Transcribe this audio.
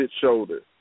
shoulder